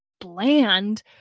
bland